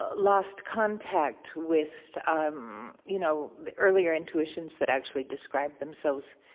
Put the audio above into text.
ah lost contact with, um you know, the earlier intuitions that actually described themselves